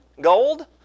gold